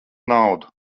naudu